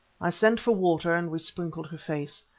i sent for water, and we sprinkled her face.